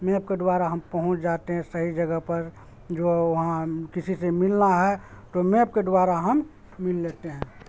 map کے دوارا ہم پہنچ جاتے ہیں سہی جگہ پر جو وہاں کسی سے ملنا ہے تو میپ کے دوارا ہم مل لیتے ہیں